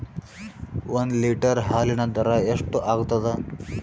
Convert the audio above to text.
ಒಂದ್ ಲೀಟರ್ ಹಾಲಿನ ದರ ಎಷ್ಟ್ ಆಗತದ?